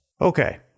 Okay